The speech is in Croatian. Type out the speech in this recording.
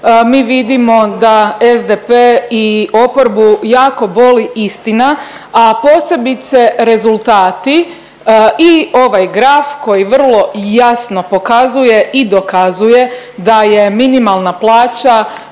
mi vidimo da SDP i oporbu jako boli istina, a posebice rezultati i ovaj graf koji vrlo jasno pokazuje i dokazuje da je minimalna plaća